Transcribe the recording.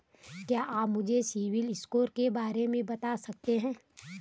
क्या आप मुझे सिबिल स्कोर के बारे में बता सकते हैं?